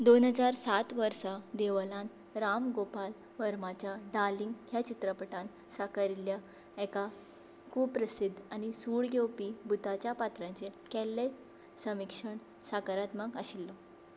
दोन हजार सात वर्सा देवोलान रामगोपाल वर्माच्या डार्लिंग ह्या चित्रपटान साकारिल्ल्या एका कुप्रसिध्द आनी सूड घेवपी भुताच्या पात्राचेर केल्लें समिक्षण सकारात्मक आशिल्लो